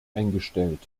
eingestellt